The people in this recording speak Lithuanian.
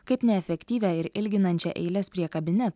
kaip neefektyvią ir ilginančią eiles prie kabinetų